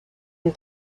une